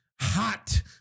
hot